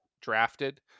drafted